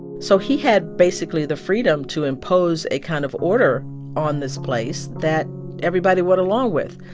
so he had basically the freedom to impose a kind of order on this place that everybody went along with.